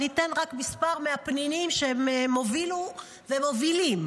אני אתן רק מספר מהפנינים שהם הובילו ושהם מובילים: